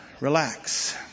relax